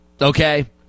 Okay